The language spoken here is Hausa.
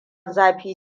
zafi